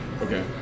Okay